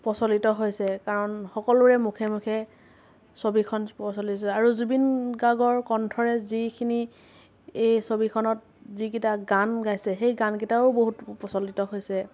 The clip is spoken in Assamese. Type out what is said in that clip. প্ৰচলিত হৈছে কাৰণ সকলোৰে মুখে মুখে ছবিখন প্ৰচলিত আৰু জুবিন গাৰ্গৰ কণ্ঠৰে যিখিনি এই ছবিখনত যিকেইটা গান গাইছে সেই গানকেইটাও বহুত প্ৰচলিত হৈছে